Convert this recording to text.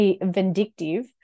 vindictive